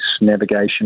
navigation